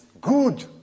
good